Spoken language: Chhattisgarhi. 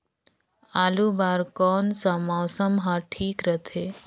आलू बार कौन सा मौसम ह ठीक रथे?